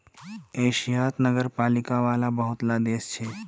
एशियात नगरपालिका वाला बहुत ला देश छे